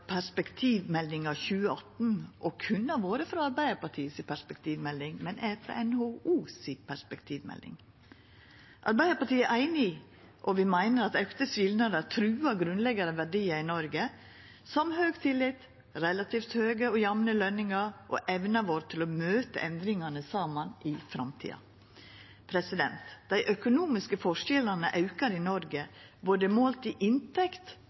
Perspektivmeldinga 2018. Dei kunne ha vore frå Arbeidarpartiet si perspektivmelding, men er frå NHOs perspektivmelding. Arbeidarpartiet er einig, og vi meiner at auka skilnader truar grunnleggjande verdiar i Noreg, som høg tillit, relativt høge og jamne løningar og evna vår til å møta endringane saman i framtida. Dei økonomiske forskjellane aukar i Noreg, målte både i inntekt